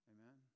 Amen